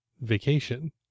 vacation